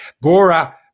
Bora